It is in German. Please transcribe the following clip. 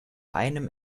einem